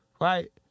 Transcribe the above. Right